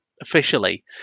officially